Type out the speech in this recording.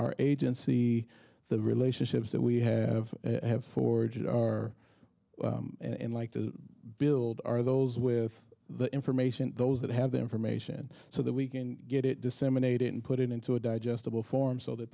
our agency the relationships that we have and have forged are and like to build are those with the information those that have the information so that we can get it disseminated and put it into a digestible form so that